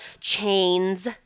chains